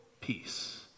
peace